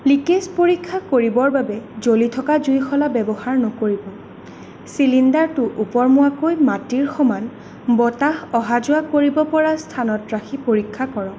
leakage পৰীক্ষা কৰিবৰ বাবে জ্বলি থকা জুইশলা ব্যৱহাৰ নকৰিব চিলিণ্ডাৰটো ওপৰমুৱাকৈ মাটিৰ সমান বতাহ অহা যোৱা কৰিব পৰা স্থানত ৰাখি পৰীক্ষা কৰক